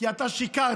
כי אתה שיקרת.